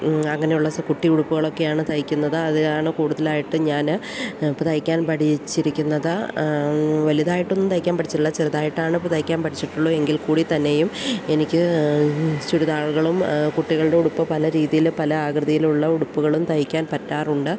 അങ്ങനെയുള്ള കുട്ടി ഉടുപ്പുകളൊക്കെയാണ് തയ്ക്കുന്നത് അതാണ് കൂടുതലായിട്ടും ഞാൻ ഇപ്പോൾ തയ്ക്കാൻ പഠിച്ചിരിക്കുന്നത് വലുതായിട്ടൊന്നും തയ്ക്കാൻ പഠിച്ചിട്ടില്ല ചെറുതായിട്ടാണ് തയ്ക്കാൻ പഠിച്ചിട്ടുള്ളൂ എങ്കിൽക്കൂടി തന്നെയും എനിക്ക് ചുരിദാറുകളും കുട്ടികളുടെ ഉടുപ്പ് പല രീതിയിൽ പല ആകൃതിയിലുള്ള ഉടുപ്പുകളും തയ്ക്കാൻ പറ്റാറുണ്ട്